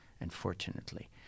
unfortunately